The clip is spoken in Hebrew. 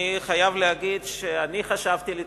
אני חייב להגיד שאני חשבתי לתומי,